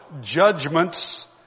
judgments